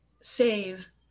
save